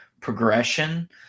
progression